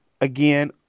again